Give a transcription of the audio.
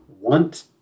want